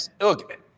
Look